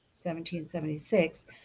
1776